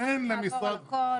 נעבור על הכל,